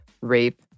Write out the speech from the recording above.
rape